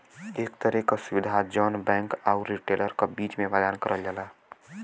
एक तरे क सुविधा जौन बैंक आउर रिटेलर क बीच में प्रदान करल जाला